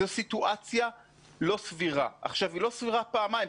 זו סיטואציה לא סבירה פעמיים,